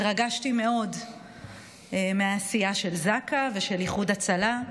התרגשתי מאוד מהעשייה של זק"א ושל איחוד הצלה.